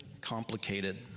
complicated